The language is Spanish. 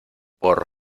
por